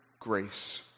grace